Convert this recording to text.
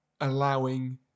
allowing